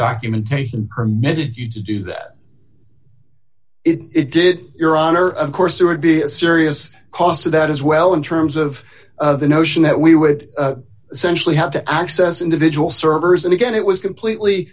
documentation permitted you to do that it did your honor of course there would be a serious cost to that as well in terms of the notion that we would essentially have to access individual servers and again it was completely